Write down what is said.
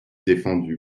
défendu